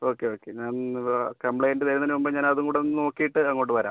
okay okay ഞാൻ complaint തരുന്നതിന് മുൻപ് ഞാനതുംകൂടെ ഒന്ന് നോക്കീട്ട് അങ്ങോട്ട് വരാം